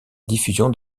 diffusion